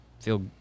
feel